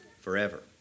forever